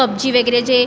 PUBG वगैरे जे